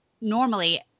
normally